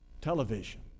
Television